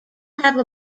have